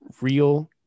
real